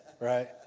Right